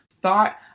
thought